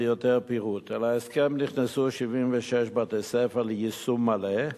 ביתר פירוט: אל ההסכם נכנסו 76 בתי-ספר ליישום מלא,